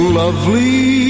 lovely